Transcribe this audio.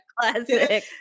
Classic